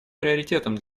приоритетом